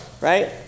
Right